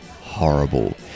horrible